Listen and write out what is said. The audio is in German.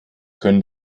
können